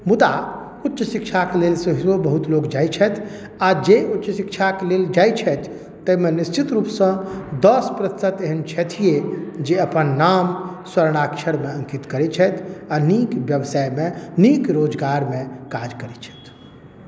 मुदा उच्च शिक्षाक लेल सेहो बहुत लोग जाइत छथि आ जे उच्च शिक्षाक लेल जाइत छथि ताहिमे निश्चित रूपसँ दस प्रतिशत एहन छथिए जे अपन नाम स्वर्णाक्षरमे अङ्कित करैत छथि आ नीक व्यवसायमे नीक रोजगारमे काज करैत छथि